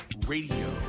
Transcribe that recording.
Radio